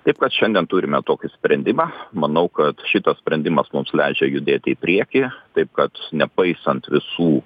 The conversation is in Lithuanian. taip kad šiandien turime tokį sprendimą manau kad šitas sprendimas mums leidžia judėti į priekį taip kad nepaisant visų